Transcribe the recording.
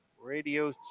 Radio